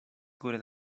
góry